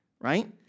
right